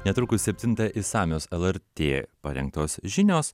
netrukus septintą išsamios lrt parengtos žinios